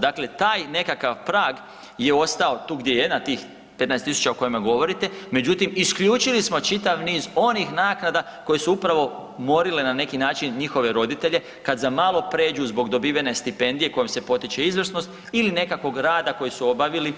Dakle, taj nekakav prag je ostao tu gdje na tih 15.000 o kojima govorite, međutim isključili smo čitav niz onih naknada koje su upravo morile na neki način njihove roditelje kada za malo pređu zbog dobivene stipendije kojom se potiče izvrsnost ili nekakvog rada koji su obavili